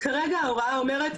כרגע ההוראה אומרת,